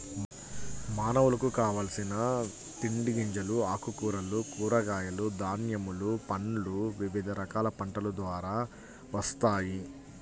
మానవులకు కావలసిన తిండి గింజలు, ఆకుకూరలు, కూరగాయలు, ధాన్యములు, పండ్లు వివిధ రకాల పంటల ద్వారా వస్తాయి